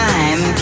Time